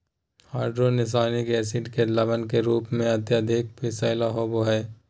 hydrocyanic acid के लवण के रूप में अत्यधिक विषैला होव हई